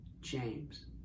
James